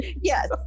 Yes